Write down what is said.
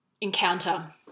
encounter